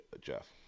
jeff